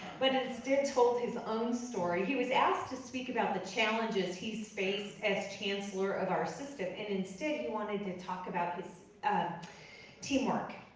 but instead told his own story. he was asked to speak about the challenges he's faced as chancellor of our system, and instead he wanted to talk about his ah teamwork,